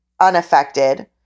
unaffected